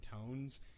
tones